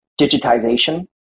digitization